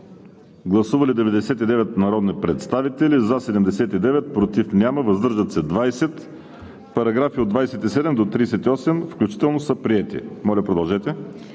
Гласували 99 народни представители: за 79, против няма, въздържали се 20. Параграфи от 27 до 38 включително са приети. ДОКЛАДЧИК